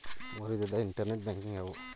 ಮೂರು ವಿಧದ internet banking ಯಾವುವು?